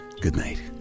goodnight